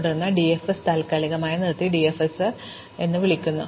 തുടർന്ന് ഞങ്ങൾ ഈ DFS താൽക്കാലികമായി നിർത്തി DFS എന്ന് വിളിക്കുന്നു